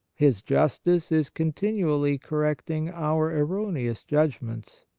his justice is continually correcting our erroneous judgments.